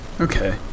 Okay